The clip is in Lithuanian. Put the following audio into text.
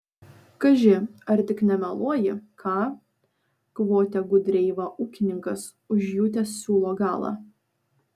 kaži ar tik nemeluoji ką kvotė gudreiva ūkininkas užjutęs siūlo galą